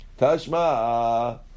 Tashma